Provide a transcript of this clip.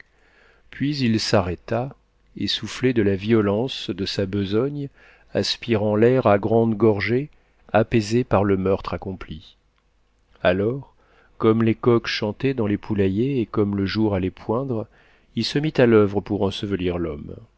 puis il s'arrêta essoufflé de la violence de sa besogne aspirant l'air à grandes gorgées apaisé par le meurtre accompli alors comme les coqs chantaient dans les poulaillers et comme le jour allait poindre il se mit à l'oeuvre pour ensevelir l'homme